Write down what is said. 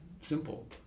simple